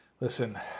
listen